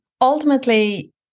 ultimately